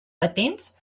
patents